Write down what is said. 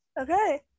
Okay